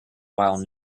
while